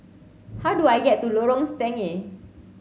how do I get to Lorong Stangee